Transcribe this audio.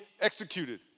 executed